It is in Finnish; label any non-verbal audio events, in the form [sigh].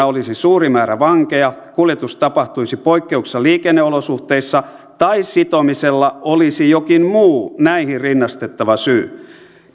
[unintelligible] olisi suuri määrä vankeja kuljetus tapahtuisi poikkeuksellisissa liikenneolosuhteissa tai sitomiselle olisi jokin muu näihin rinnastettava syy